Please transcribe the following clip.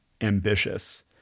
ambitious